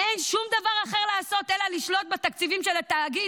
אין שום דבר אחר לעשות אלא לשלוט בתקציבים של תאגיד